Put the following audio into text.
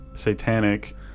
satanic